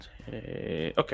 Okay